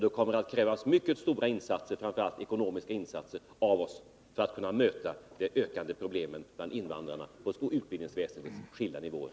Det kommer att krävas framför allt ekonomiska insatser av oss på utbildningsväsendets skilda nivåer för att vi skall kunna möta de ökande problemen bland invandrare.